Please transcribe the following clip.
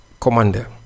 commander